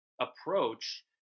approach